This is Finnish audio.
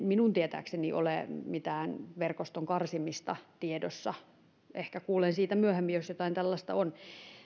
minun tietääkseni ole mitään verkoston karsimista tiedossa ehkä kuulen siitä myöhemmin jos jotain tällaista on